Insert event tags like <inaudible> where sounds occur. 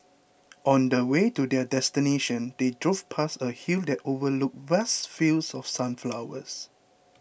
<noise> on the way to their destination they drove past a hill that overlooked vast fields of sunflowers